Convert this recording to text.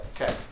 Okay